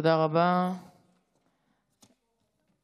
תודה רבה, גברתי.